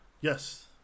Yes